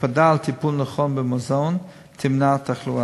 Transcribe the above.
הקפדה על טיפול נכון במזון תמנע תחלואה.